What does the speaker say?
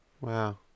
Wow